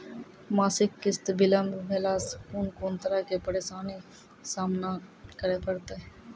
मासिक किस्त बिलम्ब भेलासॅ कून कून तरहक परेशानीक सामना करे परतै?